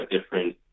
different